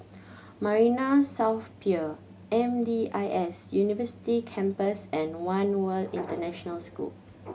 Marina South Pier M D I S University Campus and One World International School